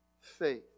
faith